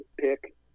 pick